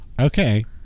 Okay